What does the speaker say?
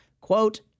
quote